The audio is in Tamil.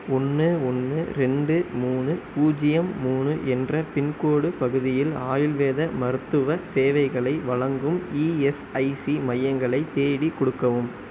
ஒன்று ஒன்று ரெண்டு மூணு பூஜ்ஜியம் மூணு என்ற பின்கோடு பகுதியில் ஆயுர்வேத மருத்துவ சேவைகளை வழங்கும் இஎஸ்ஐசி மையங்களை தேடிக் கொடுக்கவும்